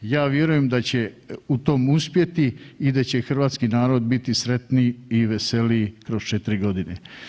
Ja vjerujem da će u tom uspjeti i da će hrvatski narod biti sretniji i veseliji kroz 4 godine.